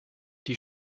die